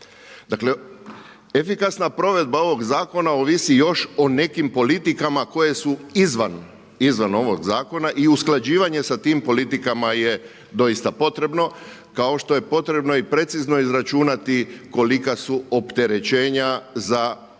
Dakle efikasna provedba ovog zakona ovisi još o nekim politikama koje su izvan ovog zakona i usklađivanje sa tim politikama je doista potrebno kao što je potrebno i precizno izračunati kolika su opterećenja za proračun